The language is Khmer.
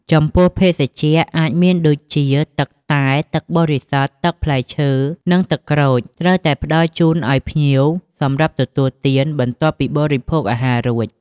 ចំពោះភេសជ្ជៈ អាចមានដូចជា ទឹកតែ ទឹកបរិសុទ្ធ ទឹកផ្លែឈើ និងទឹកក្រូច ត្រូវតែផ្តល់ជូនឲ្យភ្ញៀវសម្រាប់ទទួលទាន បន្ទាប់ពីបរិភោគអាហាររួច។